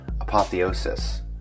apotheosis